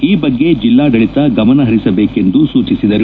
ಈ ಬಗ್ಗೆ ಜಲ್ಲಾಡಳಿತ ಗಮನಹರಿಸಬೇಕೆಂದು ಸೂಚಿಸಿದರು